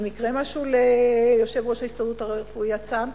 אם יקרה משהו ליושב-ראש הסתדרות הרפואית הצם,